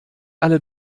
alle